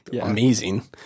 amazing